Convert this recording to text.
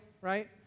right